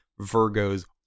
virgos